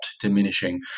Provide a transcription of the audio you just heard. diminishing